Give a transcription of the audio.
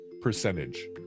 percentage